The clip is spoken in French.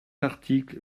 article